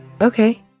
Okay